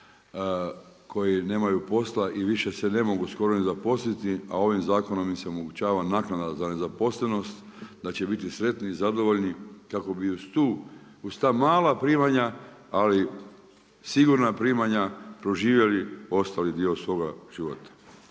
koji nemaju posla i više se ne mogu skoro ni zaposliti, a ovim zakonom im se omogućava naknada za nezaposlenost, da će biti sretni i zadovoljni kako bi uz tu, uz ta mala primanja, ali sigurna primanja proživjeli ostali dio svoga života.